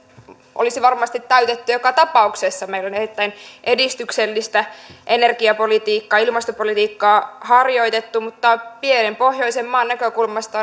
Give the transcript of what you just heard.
olisi varmasti täytetty joka tapauksessa meillä on erittäin edistyksellistä energiapolitiikkaa ilmastopolitiikkaa harjoitettu mutta pienen pohjoisen maan näkökulmasta